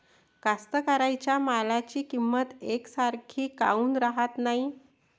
कास्तकाराइच्या मालाची किंमत यकसारखी काऊन राहत नाई?